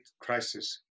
crisis